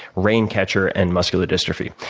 raincatcher, and muscular dystrophy,